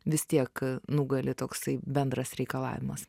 vis tiek nugali toksai bendras reikalavimas